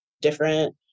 different